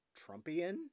Trumpian